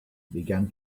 began